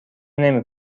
نمی